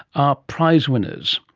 are prize-winners.